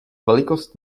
velikost